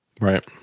Right